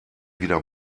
wieder